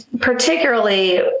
Particularly